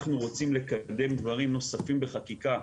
אנחנו רוצים לקדם דברים נוספים בחקיקה,